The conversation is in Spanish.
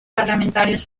parlamentarios